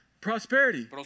prosperity